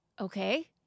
Okay